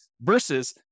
versus